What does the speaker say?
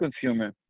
consumer